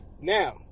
Now